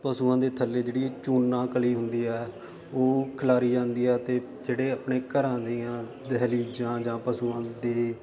ਪਸ਼ੂਆਂ ਦੇ ਥੱਲੇ ਜਿਹੜੀ ਚੂਨਾ ਕਲੀ ਹੁੰਦੀ ਹੈ ਉਹ ਖਿਲਾਰੀ ਜਾਂਦੀ ਆ ਅਤੇ ਜਿਹੜੇ ਆਪਣੇ ਘਰਾਂ ਦੀਆਂ ਦਹਲੀਜਾਂ ਜਾਂ ਪਸ਼ੂਆਂ ਦੇ